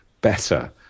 better